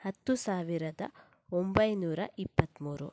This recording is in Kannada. ಹತ್ತು ಸಾವಿರದ ಒಂಬೈನೂರ ಇಪ್ಪತ್ತಮೂರು